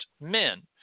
men